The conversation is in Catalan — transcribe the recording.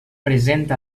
present